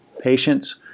patients